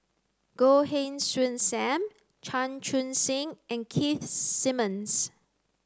Goh Heng Soon Sam Chan Chun Sing and Keith Simmons